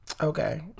Okay